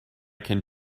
can